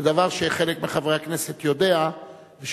לדבר שחלק מחברי הכנסת יודעים,